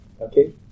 Okay